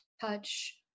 touch